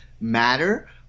matter